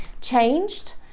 changed